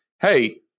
Hey